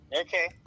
Okay